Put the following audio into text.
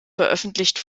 veröffentlicht